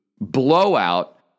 blowout